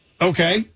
Okay